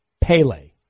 Pele